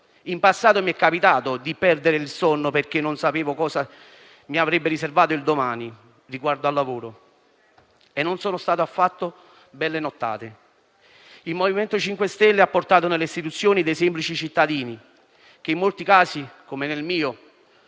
In passato mi è capitato di perdere il sonno perché non sapevo che cosa mi avrebbe riservato il domani riguardo al lavoro, e non sono state affatto belle nottate. Il MoVimento 5 Stelle ha portato nelle istituzioni dei semplici cittadini che in molti casi, come nel mio,